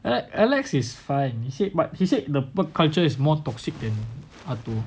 err alex is fine he said but he said the work culture is more toxic than how to